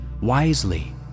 wisely